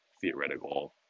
theoretical